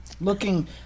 Looking